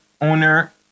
owner